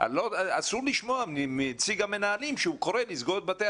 אסור לשמוע מנציג המנהלים שהוא קורא לסגור את בתי